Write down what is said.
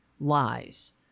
lies